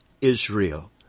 israel